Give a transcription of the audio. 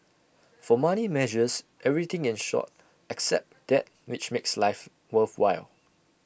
for money measures everything in short except that which makes life worthwhile